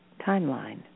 timeline